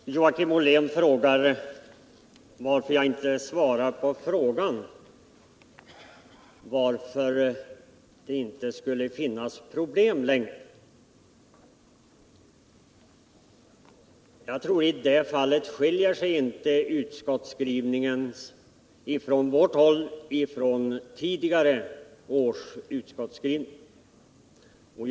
Herr talman! Joakim Ollén frågade av vilken anledning jag inte svarade på frågan varför det inte skulle finnas problem längre. Jag tror att vår utskottsskrivning i det fallet inte skiljer sig från tidigare års utskottsskrivningar.